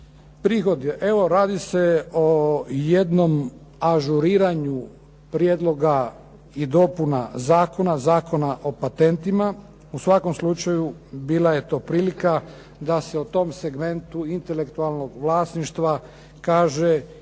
prihode. Evo, radi se o jednom ažuriranju prijedloga i dopuna zakona, Zakona o patentima. U svakom slučaju, bila je to prilika da se o tom segmentu intelektualnog vlasništva kaže i koja